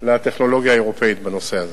לטכנולוגיה האירופית בנושא הזה.